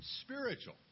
spiritual